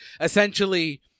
Essentially